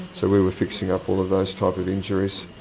so we were fixing up all of those types of injuries.